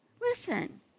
Listen